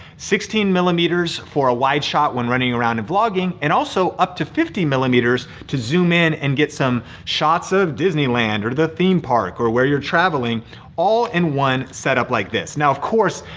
sixteen millimeters for a wide shot when running around and vlogging and also up to fifty millimeters to zoom in and get some shots of disneyland or the theme park or where you're traveling all in one setup like this. now, of course,